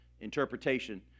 interpretation